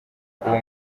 uwo